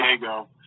Diego